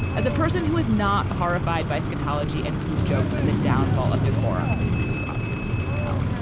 as a person who is not horrified by scatology and poop jokes and the downfall of decorum, as you obviously can tell,